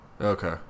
Okay